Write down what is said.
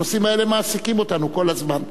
הנושאים האלה מעסיקים אותנו כל הזמן,